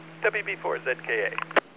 WB4ZKA